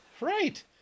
Right